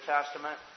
Testament